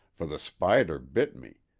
for the spider bit me,